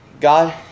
God